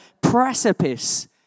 precipice